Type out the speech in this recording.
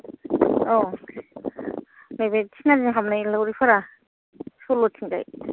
औ नैबे थिनालि हाबनाय लावरिपारा सल्ल'थिंजाय